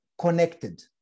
connected